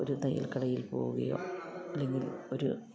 ഒരു തയ്യൽ കടയിൽ പോവുകയോ അല്ലെങ്കിൽ ഒരു